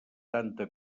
tanta